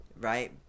right